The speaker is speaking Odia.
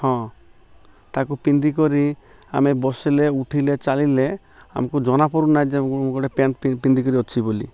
ହଁ ତାକୁ ପିନ୍ଧିିକରି ଆମେ ବସିଲେ ଉଠିଲେ ଚାଲିଲେ ଆମକୁ ଜଣାପଡ଼ୁନାହିଁ ଯେ ଗୋଟେ ପ୍ୟାଣ୍ଟ୍ ପିନ୍ଧିକରି ଅଛି ବୋଲି